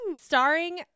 Starring